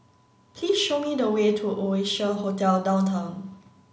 please show me the way to Oasia Hotel Downtown